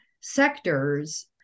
sectors